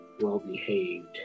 well-behaved